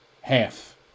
Half